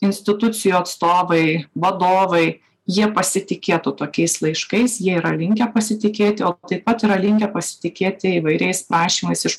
institucijų atstovai vadovai jie pasitikėtų tokiais laiškais jie yra linkę pasitikėti o taip pat yra linkę pasitikėti įvairiais prašymais iš